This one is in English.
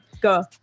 go